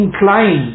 inclined